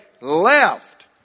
left